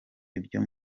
ibyo